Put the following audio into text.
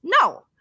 No